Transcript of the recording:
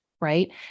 right